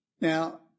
Now